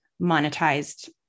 monetized